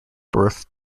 birth